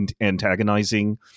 antagonizing